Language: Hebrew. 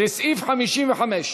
לסעיף 55,